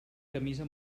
camisa